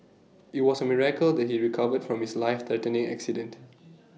IT was A miracle that he recovered from his life threatening accident